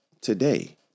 today